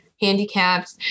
handicapped